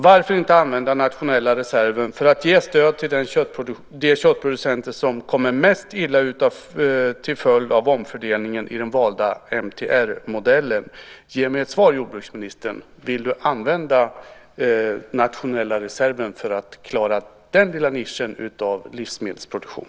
Varför inte använda den nationella reserven för att ge stöd till de köttproducenter som kommer att råka mest illa ut till följd av omfördelningen i den valda MTR-modellen? Ge mig ett svar, jordbruksministern: Vill du använda nationella reserven för att klara den lilla nischen av livsmedelsproduktion?